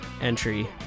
entry